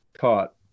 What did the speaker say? taught